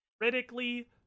critically